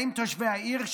האם תושבי העיר,